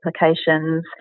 applications